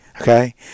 okay